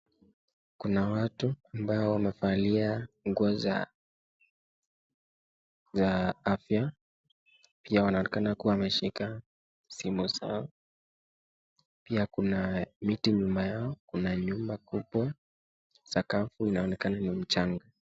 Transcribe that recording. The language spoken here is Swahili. Kuna watu ambao wamevalia nguo za afya, wameshika simu zao pia kuna miti nyuma yao, nyumba kubwa na sakafu inaonekana ni mchanga.